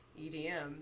EDM